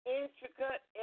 intricate